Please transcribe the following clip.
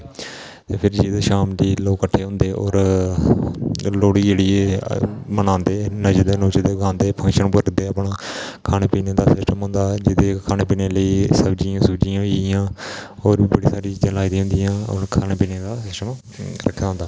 ते फिर जाइयै शाम गी लोक किट्ठे होंदे होर लोह्ड़ी जेह्ड़ी ऐ मनांदे नचदे नुचदे गांदे फैशन करदे अपना खाने पीने दा सिस्टम होंदा जेह्दे च खाने पीने लेई सब्जियां सुब्बचियां होई गेइयां होर बी बड़ी सारी चिजां लाई दियां होंदिया होर खाने पीने दा सिस्टम रक्खे दा होंदा